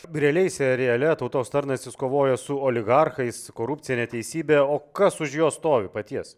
realiai seriale tautos tarnas jis kovoja su oligarchais korupcija neteisybe o kas už jo stovi paties